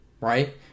right